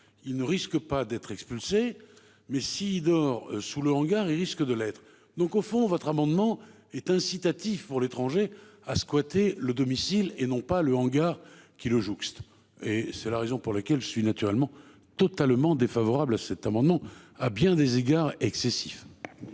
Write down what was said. il ne risque pas d'être expulsés. Mais si il dort sous le hangar. Ils risquent de l'être. Donc au fond votre amendement est incitatif pour l'étranger a squatté le domicile et non pas le hangar qui le jouxte et c'est la raison pour laquelle je suis naturellement totalement défavorable à cet amendement à bien des égards excessif.